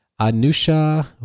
Anusha